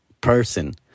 person